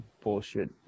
bullshit